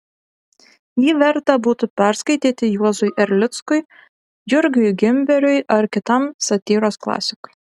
jį verta būtų perskaityti juozui erlickui jurgiui gimberiui ar kitam satyros klasikui